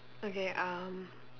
okay um